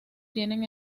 tienen